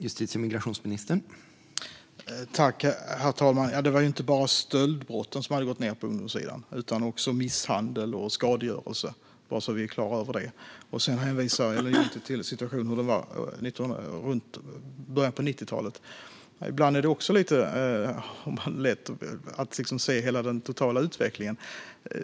Herr talman! Det är inte bara stöldbrotten som har gått ned på ungdomssidan. Det gäller också misshandel och skadegörelse - bara så att vi är klara över det. Ellen Juntti hänvisar till hur det var i början på 90-talet. Ibland måste man titta på den totala utvecklingen.